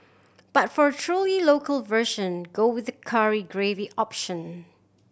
but for truly local version go with curry gravy option